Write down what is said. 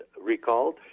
recalled